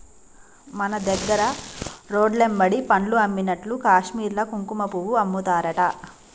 మన దగ్గర రోడ్లెమ్బడి పండ్లు అమ్మినట్లు కాశ్మీర్ల కుంకుమపువ్వు అమ్ముతారట